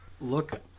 look